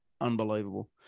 Unbelievable